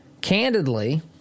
candidly